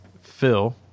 phil